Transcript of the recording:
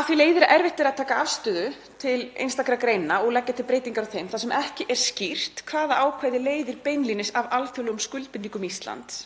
Af því leiðir að erfitt er að taka afstöðu gagnvart einstökum greinum og leggja til breytingar á þeim þar sem ekki er skýrt hvaða ákvæði leiðir beinlínis af alþjóðlegum skuldbindingum Íslands